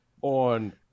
on